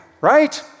Right